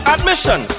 Admission